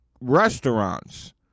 restaurants